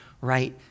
right